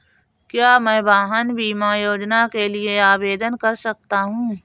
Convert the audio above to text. क्या मैं वाहन बीमा योजना के लिए आवेदन कर सकता हूँ?